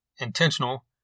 intentional